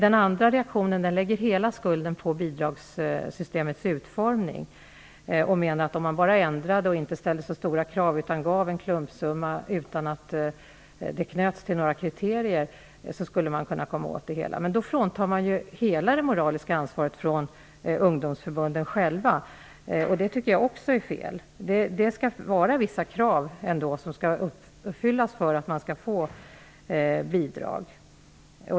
En annan reaktion är att lägga hela skulden på bidragssystemets utformning och mena att om man inte ställde så stora krav utan gav en klumpsumma utan att knyta den till några kriterier, skulle man kunna komma åt fusket. Men då fråntar man ju ungdomsförbunden själva hela det moraliska ansvaret, och också det är fel. Det skall finnas vissa krav som skall uppfyllas för att man skall få bidrag.